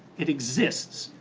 it exists.